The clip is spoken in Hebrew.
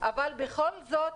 אבל בכל זאת